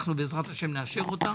בעז"ה נאשר אותה.